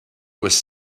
was